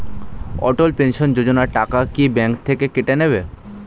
অটল pension Yojana টাকা কি bank থেকে কেটে নেবে?